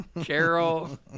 Carol